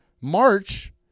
March